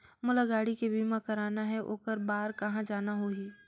मोला गाड़ी के बीमा कराना हे ओकर बार कहा जाना होही?